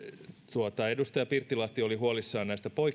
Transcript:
edustaja pirttilahti oli huolissaan